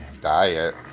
diet